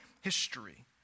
history